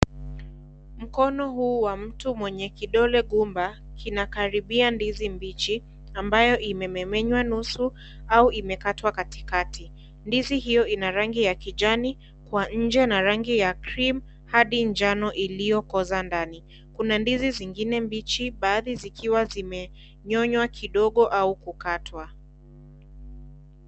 Mkono huu wa mtu mwenye kidole gumba kinakaribia ndizi mbichi ambayo imememenywa nusu au imekatwa katikati, ndizi hio ina rangi ya kijani kwa nje na rangi ya cream hadi njano iliyokoza ndani, kuna ndizi zingine mbichi baadhi zikiwa zimenyonywa kidogo au kukatwa.